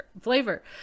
flavor